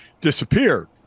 disappeared